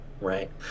right